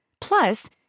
Plus